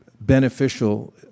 Beneficial